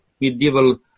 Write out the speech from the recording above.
medieval